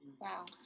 wow